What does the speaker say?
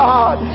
God